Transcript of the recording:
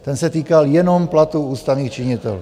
Ten se týkal jenom platů ústavních činitelů.